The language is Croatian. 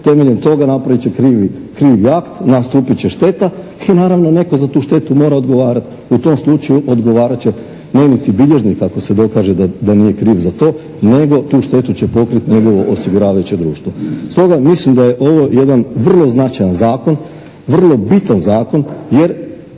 Temeljem toga napravit će krivi akt, nastupit će šteta i naravno netko za tu štetu mora odgovarati. U tom slučaju odgovarat će, ne niti bilježnik ako se dokaže da nije kriv za to, nego tu štetu će pokriti njegovo osiguravajuće društvo. Stoga mislim da je ovo jedan vrlo značajan Zakon, vrlo bitan zakon jer